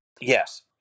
Yes